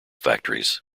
factories